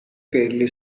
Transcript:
kelly